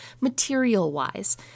material-wise